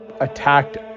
attacked